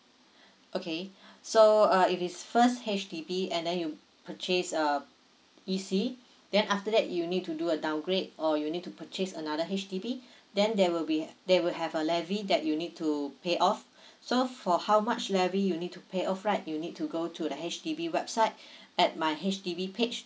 okay so uh if it's first H_D_B and then you purchase uh E_C then after that you need to do a downgrade or you need to purchase another H_D_B then there will be they will have a levy that you need to pay off so for how much levy you need to pay off right you need to go to the H_D_B website at my H_D_B page